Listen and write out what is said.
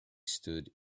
stood